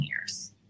years